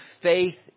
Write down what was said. faith